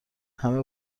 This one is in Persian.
همه